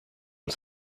und